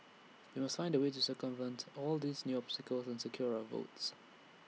we must find A way to circumvent all these new obstacles and secure our votes